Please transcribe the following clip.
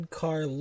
car